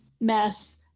mess